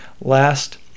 last